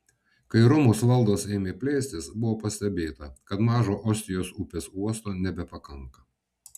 kai romos valdos ėmė plėstis buvo pastebėta kad mažo ostijos upės uosto nebepakanka